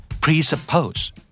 Presuppose